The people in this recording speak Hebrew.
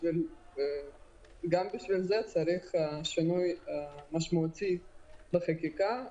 גם בשביל זה צריך שינוי משמעותי בחקיקה.